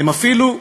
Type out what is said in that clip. הם אפילו,